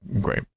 great